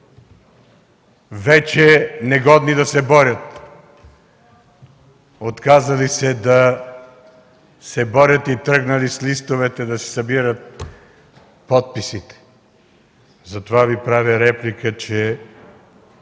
вече негодни да се борят, отказали се да се борят и тръгнали с листовете да си събират подписите. Затова Ви правя реплика, че